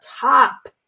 top